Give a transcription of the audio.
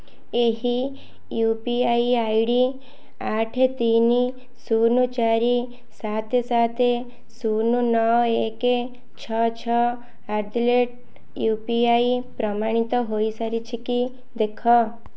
ଏହି U P I I D ଆଠେ ତିନି ଶୂନ ଚାରି ସାତେ ସାତେ ଶୂନ ନଅ ଏକେ ଛଅ ଛଅ at the rate U P I ପ୍ରମାଣିତ ହୋଇସାରିଛି କି ଦେଖ